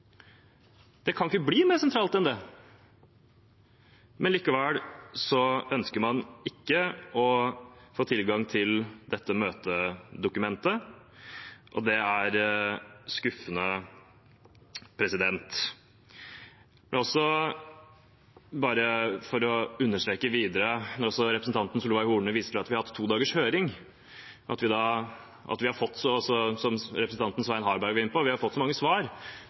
Det kan ikke bli mer sentralt enn det. Likevel ønsker man ikke å få tilgang til dette møtedokumentet, og det er skuffende. Jeg vil også vise til – bare for å understreke det også representanten Solveig Horne viste til – at vi har hatt en to dagers høring, og at vi, som også representanten Svein Harberg var inne på, har fått mange svar.